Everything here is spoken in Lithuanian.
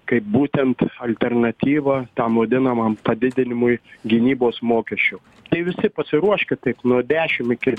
kaip būtent alternatyva tam vadinamam padidinimui gynybos mokesčio tai visi pasiruoškit taip nuo dešim iki